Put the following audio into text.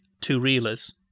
two-reelers